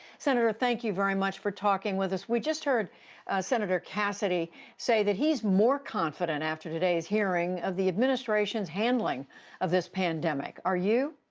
senator, thank you very much for talking with us. we just heard senator cassidy say that he is more confident after today's hearing of the administration's handling of this pandemic. are you?